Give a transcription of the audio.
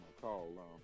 call